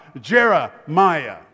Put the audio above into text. Jeremiah